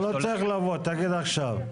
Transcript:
לא, לא צריך לבוא, תגיד עכשיו.